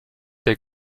der